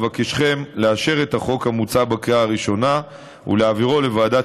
אבקשכם לאשר את החוק המוצע בקריאה הראשונה ולהעבירו לוועדת